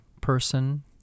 person